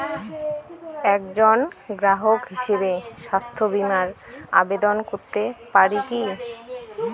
একজন গ্রাহক হিসাবে স্বাস্থ্য বিমার আবেদন করতে পারি কি?